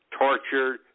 tortured